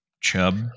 chub